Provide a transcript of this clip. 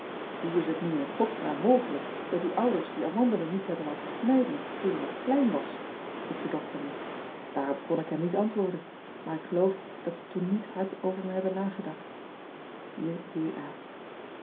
oe is het nu in ean ebster adertje angbeen godsnaam mogelijk dat uw ouders die amandelen niet hebben laten snijden toen u nog klein was vroeg de dokter me aarop ken ik hem niet antwoorden maar ik geloof dat ze toen niet hard over me hebben nagedacht e